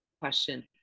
question